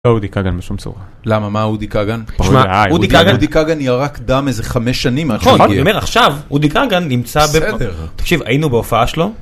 לא אודי כגן בשום צורה. למה, מה אודי כגן? שמע, אודי כגן... אודי כגן ירק דם איזה חמש שנים עד שהוא הגיע.... נכון, אני אומר, עכשיו אודי כגן נמצא... בסדר. תקשיב, היינו בהופעה שלו...